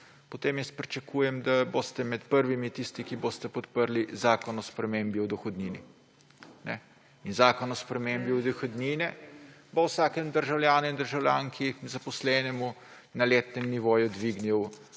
potem jaz pričakujem, da boste med prvimi tisti, ki boste podprli zakon o spremembi dohodnine. Zakon o spremembi dohodnine bo vsaki državljanki in državljanu, zaposlenemu, na letnem nivoju dvignil